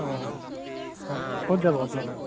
অঁ অঁ ক'ত যাব আপোনালোকে